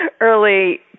early